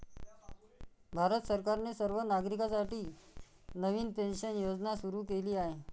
भारत सरकारने सर्व नागरिकांसाठी नवीन पेन्शन योजना सुरू केली आहे